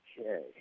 Okay